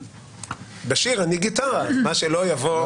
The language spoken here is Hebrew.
בשיר אני גיטרה מה שלא יבוא,